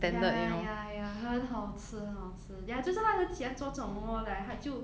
ya ya ya 很好吃很好吃 ya 就是他很喜欢做这种 orh like 他就